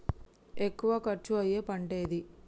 ఎక్కువ ఖర్చు అయ్యే పంటేది?